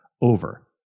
over